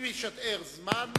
אחריו